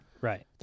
Right